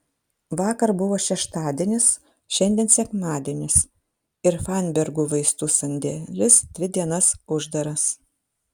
vakar buvo šeštadienis šiandien sekmadienis ir fainbergų vaistų sandėlis dvi dienas uždaras